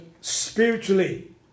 spiritually